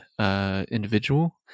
individual